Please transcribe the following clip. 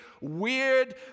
weird